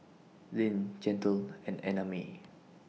Zayne Chantal and Annamae